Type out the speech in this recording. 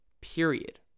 period